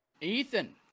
Ethan